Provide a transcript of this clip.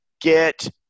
get